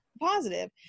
positive